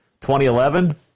2011